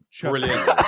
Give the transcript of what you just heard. brilliant